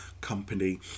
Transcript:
company